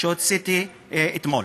שהוצאתי אתמול,